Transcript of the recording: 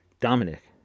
Dominic